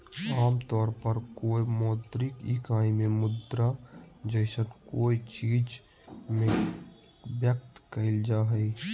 आमतौर पर कोय मौद्रिक इकाई में मुद्रा जैसन कोय चीज़ में व्यक्त कइल जा हइ